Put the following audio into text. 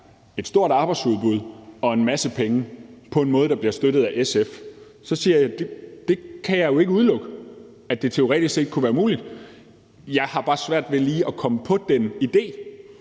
et stort arbejdsudbud og en masse penge på en måde, der bliver støttet af SF. Det kan jeg jo ikke udelukke teoretisk set kunne være muligt. Jeg har bare svært ved lige at komme på det greb,